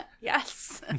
yes